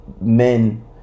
men